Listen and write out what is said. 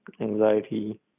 anxiety